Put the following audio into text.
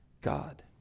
God